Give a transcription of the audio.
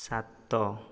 ସାତ